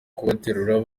kubaterura